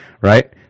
right